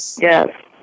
Yes